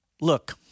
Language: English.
Look